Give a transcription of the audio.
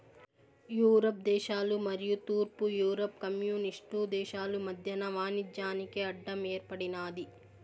Europe దేశాలు మరియు తూర్పు యూరప్ కమ్యూనిస్టు దేశాలు మధ్యన వాణిజ్యానికి అడ్డం ఏర్పడినాది